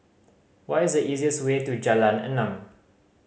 what is the easiest way to Jalan Enam